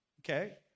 Okay